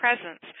presence